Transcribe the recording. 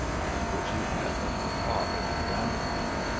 and which he had from his father and grandfather,